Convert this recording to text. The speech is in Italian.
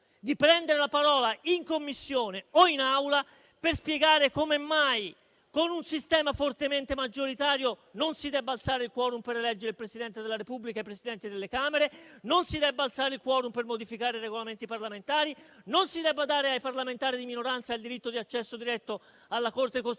di prendere la parola in Commissione o in Aula per spiegare come mai con un sistema fortemente maggioritario non si debba alzare il *quorum* per eleggere il Presidente della Repubblica e i Presidenti delle Camere, non si debba alzare il *quorum* per modificare i Regolamenti parlamentari, non si debba dare ai parlamentari di minoranza il diritto di accesso diretto alla Corte costituzionale